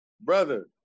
brother